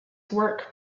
work